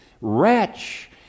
wretch